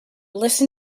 listen